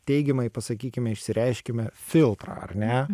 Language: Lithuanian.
teigiamai pasakykime išsireiškime filtrą ar ne